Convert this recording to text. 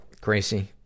Gracie